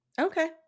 Okay